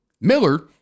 Miller